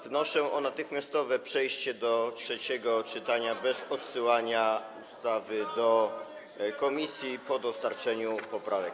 Wnoszę o natychmiastowe przejście do trzeciego czytania bez odsyłania ustawy do komisji po dostarczeniu poprawek.